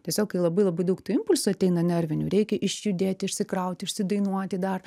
tiesiog kai labai labai daug tų impulsų ateina nervinių reikia išjudėti išsikrauti išsidainuoti dar